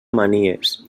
manies